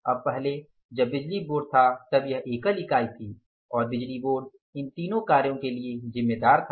अब पहले जब बिजली बोर्ड था तब यह एकल इकाई थी और बिजली बोर्ड इन तीनों कार्यों के लिए जिम्मेदार था